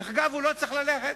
דרך אגב, הוא לא צריך ללכת.